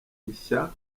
ishya